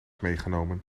meegenomen